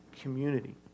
community